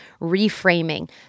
reframing